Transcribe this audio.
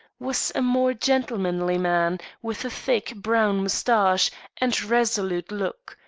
was a more gentlemanly man, with a thick, brown mustache and resolute look.